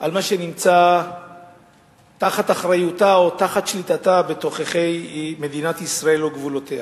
על מה שנמצא באחריותה או בשליטתה בתוככי מדינת ישראל וגבולותיה.